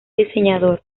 diseñador